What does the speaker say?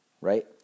right